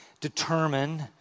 determine